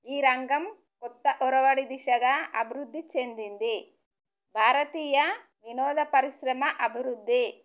ఈ రంగం కొత్త ఒరవడి దిశగా అభివృద్ధి చెందింది భారతీయ వినోద పరిశ్రమ అభివృద్ధి